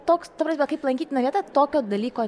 toks ta prasme kaip lankytina vieta tokio dalyko